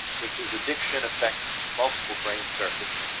which is addiction affects multiple brain circuits,